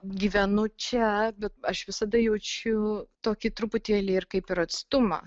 gyvenu čia bet aš visada jaučiu tokį truputėlį ir kaip ir atstumą